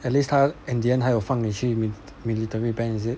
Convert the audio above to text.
at least 他 in the end 他有放你去 mili~ military band is it